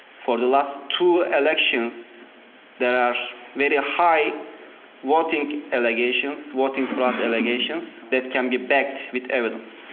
for the last two elections there are very high voting allegations, voting fraud allegations, that can be backed with evidence.